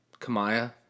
Kamaya